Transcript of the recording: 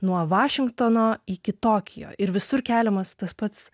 nuo vašingtono iki tokijo ir visur keliamas tas pats